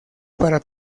para